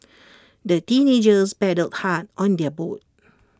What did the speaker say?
the teenagers paddled hard on their boat